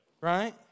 Right